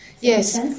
Yes